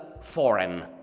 foreign